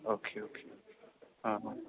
okay okay ആ